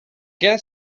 què